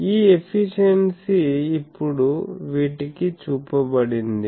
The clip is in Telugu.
ఈ ఎఫిషియెన్సీ ఇప్పుడు వీటికి చూపబడింది